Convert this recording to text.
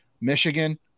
michigan